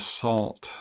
salt